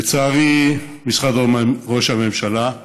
לצערי, משרד ראש הממשלה,